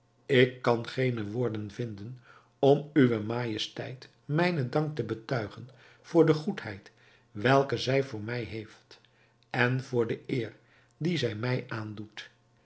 ik kan geene woorden vinden om uwe majesteit mijnen dank te betuigen voor de goedheid welke zij voor mij heeft en voor de eer die zij mij aandoet